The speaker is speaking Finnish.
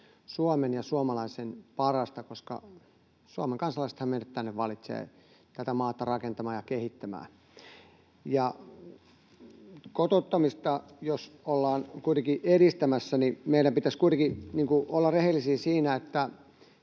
Suomen ja suomalaisen parasta, koska Suomen kansalaisethan meidät tänne valitsevat tätä maata rakentamaan ja kehittämään. Kotouttamista jos ollaan kuitenkin edistämässä, niin meidän pitäisi kuitenkin olla rehellisiä siinä, että